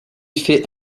fait